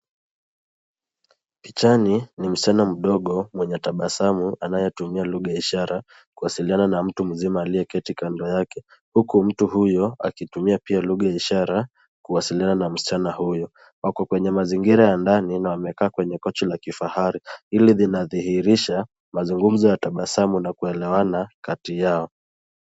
Pichani ni msichana mdogo mwenye tabasamu anayetumia lugha ya ishara kuwasiliana na mtu mzima, aliyeketi kando yake, huku mtu huyu akitumia pia lugha ya ishara kuwasiliana na msichana huyu. Wako kwenye mazingira ya ndani na wamekaa kwenye kochi la kifahari. Hili linadhirihisha mazungumzo ya tabasamu na kuelewana kati yao.